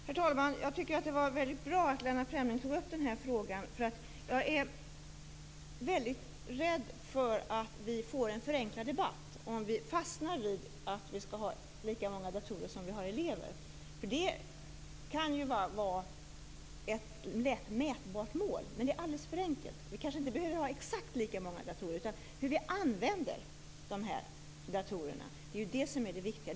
Herr talman! Jag tycker att det var bra att Lennart Fremling tog upp den här frågan. Jag är väldigt rädd för att vi får en förenklad debatt om vi fastnar i att vi skall ha lika många datorer som vi har elever. Det kan vara ett lätt mätbart mål. Men det är alldeles för enkelt. Vi kanske inte behöver ha exakt lika många datorer. Det är hur vi använder datorerna som är det viktiga.